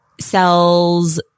sells